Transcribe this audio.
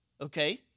okay